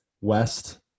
West